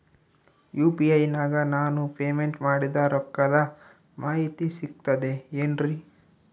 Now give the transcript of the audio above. UPI ನಾಗ ನಾನು payment ಮಾಡಿದ ರೊಕ್ಕದ ಮಾಹಿತಿ ಸಿಕ್ತದೆ ಏನ್ರಿ?